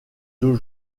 deux